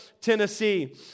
Tennessee